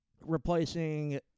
replacing